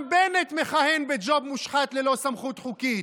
גם בנט מכהן בג'וב מושחת ללא סמכות חוקית,